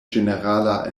ĝenerala